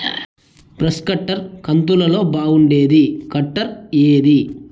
Brush cutter కంతులలో బాగుండేది cutter ఏది?